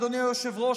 אדוני היושב-ראש,